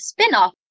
Spinoff